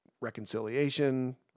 reconciliation